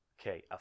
okay